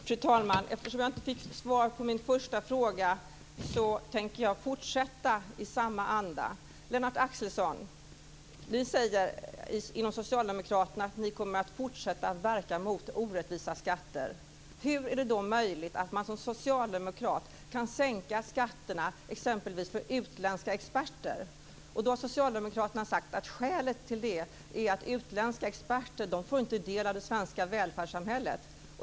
Fru talman! Eftersom jag inte fick svar på min första fråga tänker jag fortsätta i samma anda. Ni säger inom Socialdemokraterna, Lennart Axelsson, att ni kommer att fortsätta verka mot orättvisa skatter. Hur är det då möjligt att man som socialdemokrat kan sänka skatterna för exempelvis utländska experter? Socialdemokraterna har sagt att skälet är att utländska experter inte får del av det svenska välfärdssamhället.